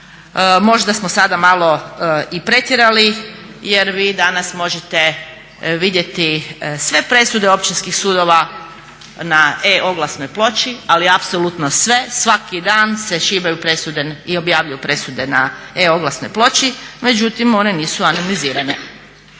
Možda smo sada malo i pretjerali jer vi danas možete vidjeti sve presude općinskih sudova na E oglasnoj ploči, ali apsolutno sve. Svaki dan se šibaju presude i objavljuju presude na E oglasnoj ploči, međutim one nisu animnizirane.